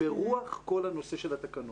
ברוח כל הנושא של התקנות.